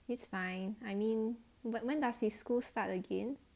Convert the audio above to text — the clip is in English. it's fine I mean when does his school start again